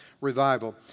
revival